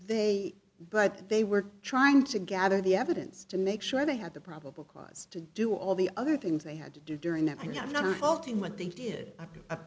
they but they were trying to gather the evidence to make sure they had the probable cause to do all the other things they had to do during that and i'm not faulting what they did